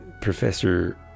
professor